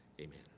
Amen